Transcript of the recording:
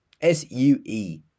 S-U-E